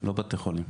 לא בתי חולים.